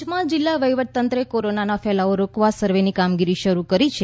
પંચમહાલ જિલ્લા વહીવટીતંત્રે કોરોનાનો ફેલાવો રોકવા સર્વેની કામગીરી શરૂ કરી છે